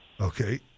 Okay